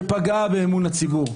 שפגעה באמון הציבור.